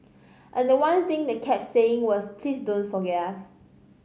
and the one thing they kept saying was please don't forget us